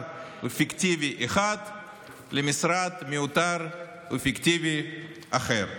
ופיקטיבי אחד למשרד מיותר ופיקטיבי אחר.